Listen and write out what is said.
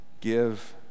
Give